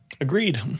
Agreed